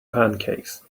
pancakes